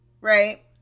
right